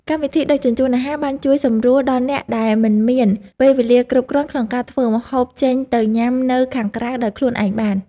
កម្មវិធីដឹកជញ្ជូនអាហារបានជួយសម្រួលដល់អ្នកដែលមិនមានពេលវេលាគ្រប់គ្រាន់ក្នុងការធ្វើម្ហូបឬចេញទៅញ៉ាំនៅខាងក្រៅដោយខ្លួនឯងបាន។